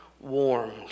warmed